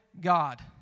God